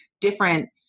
different